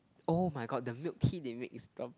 oh-my-god the milk tea they make is the